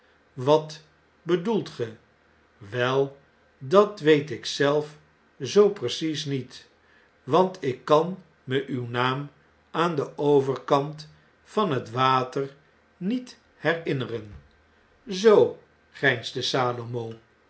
wat bedoelt ge wel dat weet ik zelf zoo precies niet want ik kan me uw naam aan den overkant van het water niet herinneren zoop